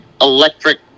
electric